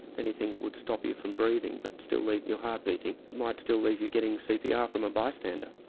anything that would stop you from breathing but still leave your heart beating, might still leave you getting cpr from a bystander.